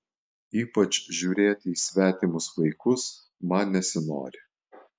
ypač žiūrėti į svetimus vaikus man nesinori